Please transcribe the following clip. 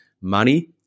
money